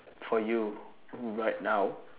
for you right now